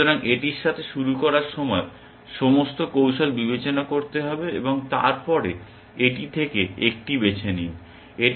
সুতরাং এটির সাথে শুরু করার সময় সমস্ত কৌশল বিবেচনা করতে হবে এবং তারপরে এটি থেকে একটি বেছে নিন